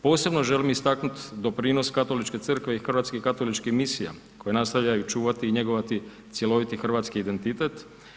Posebno želim istaknuti doprinos Katoličke crkve i hrvatskih katoličkih misija koje nastavljaju čuvati i njegovati cjeloviti hrvatski identitet.